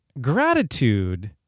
gratitude